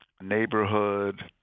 neighborhood